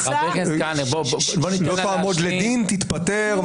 לא תעמוד לדין, תתפטר.